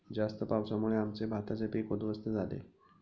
जास्त पावसामुळे आमचे भाताचे पीक उध्वस्त झाले